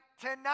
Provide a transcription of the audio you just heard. tonight